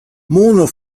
mono